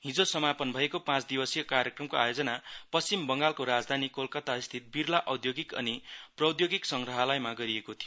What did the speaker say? हिजो समापन भएको पाँच दिवसीय कार्यक्रमको आयोजना पश्चिम बङगालको राजधानी कोलकातास्थित बिर्ला ओधोगिक अनि प्रौधोगिक संग्रहालयमा गरिएको थियो